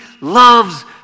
loves